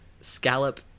scallop